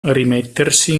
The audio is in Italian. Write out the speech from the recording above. rimettersi